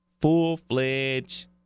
Full-fledged